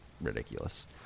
ridiculous